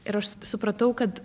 ir aš supratau kad